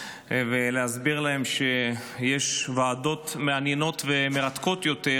ולהסביר להם שיש ועדות מעניינות ומרתקות יותר,